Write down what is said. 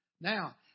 Now